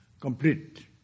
complete